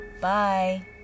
Bye